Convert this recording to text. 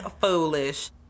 foolish